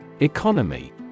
economy